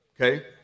okay